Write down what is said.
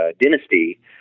dynasty